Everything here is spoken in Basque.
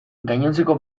gainontzeko